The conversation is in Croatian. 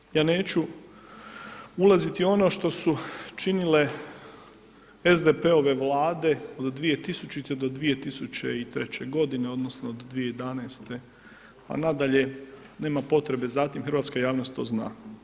Dakle, ja neću ulaziti u ono što su učinile SDP-ove vlade od 200.-2003. g. odnosno, 2011. pa nadalje, nema potrebe za tim, hrvatska javnost to zna.